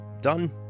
done